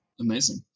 Amazing